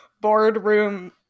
boardroom